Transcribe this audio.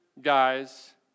guys